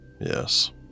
Yes